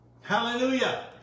Hallelujah